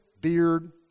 beard